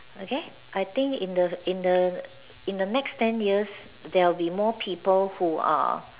okay I think in the in the in the next ten years there will be more people who are